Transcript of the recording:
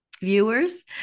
viewers